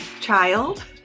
child